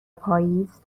پاییز